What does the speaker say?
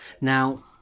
now